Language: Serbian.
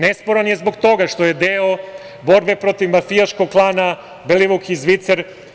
Nesporan je zbog toga što je deo borbe protiv mafijaškog klana Belivuk i Zvicer.